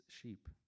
sheep